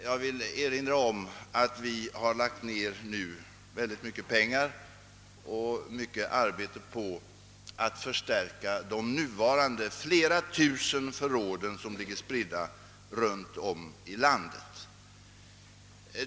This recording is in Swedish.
Jag vill erinra om att vi nu har lagt ned mycket pengar och mycket arbete på att förstärka de nuvarande flera tusen förråd som ligger spridda runtom i landet.